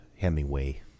Hemingway